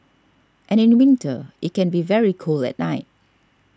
and in winter it can be very cold at night